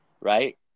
right